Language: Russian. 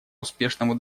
успешному